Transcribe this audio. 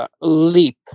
Leap